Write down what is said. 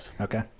Okay